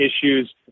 issues